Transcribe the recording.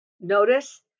notice